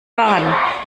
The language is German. bahn